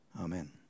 Amen